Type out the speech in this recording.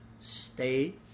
stay